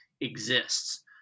exists